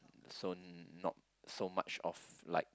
soon not so much of like